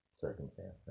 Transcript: circumstance